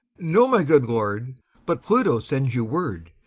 no, my good lord but pluto sends you word,